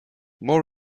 more